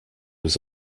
was